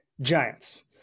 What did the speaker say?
Giants